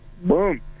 Boom